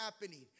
happening